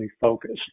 focused